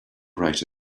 write